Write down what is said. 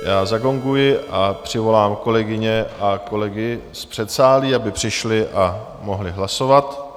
Já zagonguji a přivolám kolegyně a kolegy z předsálí, aby přišli a mohli hlasovat.